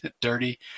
dirty